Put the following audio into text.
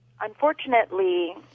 unfortunately